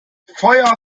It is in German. feuer